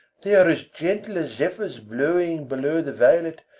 they are as gentle as zephyrs blowing below the violet,